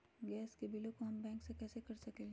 Gas के बिलों हम बैंक से कैसे कर सकली?